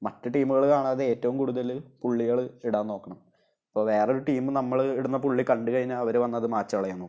മറ്റു ടീമുകൾ കാണാതെ ഏറ്റവും കൂടുതല് പുള്ളികൾ ഇടാൻ നോക്കണം അപ്പോള് വേറൊരു ടീം നമ്മൾ ഇടുന്ന പുള്ളി കണ്ടുകഴിഞ്ഞാല് അവര് വന്നത് മായ്ച്ചുകളയാൻ നോക്കും